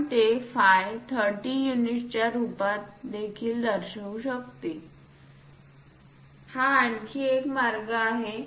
आपण ते फाय 30 युनिटच्या रूपात देखील दर्शवू शकते हा आणखी एक मार्ग आहे